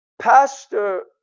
Pastor